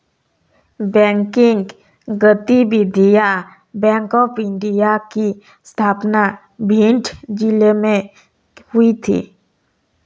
banking गतिविधियां bank of India की स्थापना भिंड जिले में हुई थी